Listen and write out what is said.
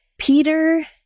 Peter